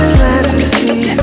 fantasy